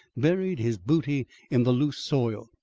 buried his booty in the loose soil,